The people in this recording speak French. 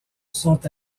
sont